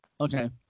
Okay